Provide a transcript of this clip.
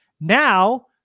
Now